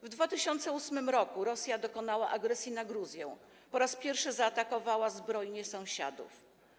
W 2008 r. Rosja dokonała agresji na Gruzję, po raz pierwszy zaatakowała zbrojnie sąsiadów.